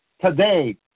today